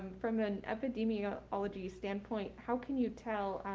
um from an epidemiology standpoint, how can you tell,